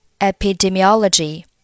epidemiology